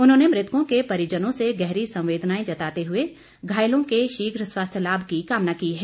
उन्होंने मृतकों के परिजनों से गहरी संवेदनाएं जताते हुए घायलों के शीघ स्वास्थ्य लाभ की कामना की है